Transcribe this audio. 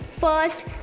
First